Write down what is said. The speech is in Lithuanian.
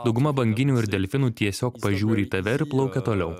dauguma banginių ir delfinų tiesiog pažiūri į tave ir plaukia toliau